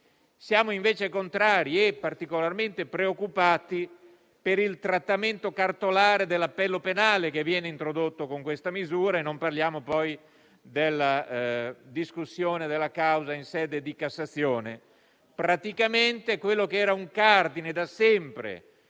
Siamo invece contrari e particolarmente preoccupati per il trattamento cartolare dell'appello penale che viene introdotto con questa misura e non parliamo poi della discussione della causa in sede di Cassazione. Praticamente quello che era un cardine da sempre